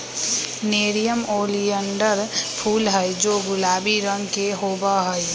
nerium oleander फूल हैं जो गुलाबी रंग के होबा हई